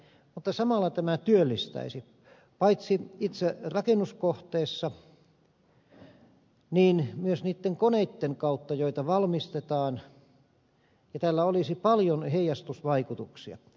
mutta samalla tämä työllistäisi paitsi itse rakennuskohteessa niin myös niitten koneitten kautta joita valmistetaan ja tällä olisi paljon heijastusvaikutuksia